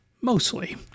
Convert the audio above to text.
mostly